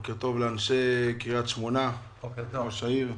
בוקר טוב לאנשי קריית שמונה, בוקר טוב לראש העיר.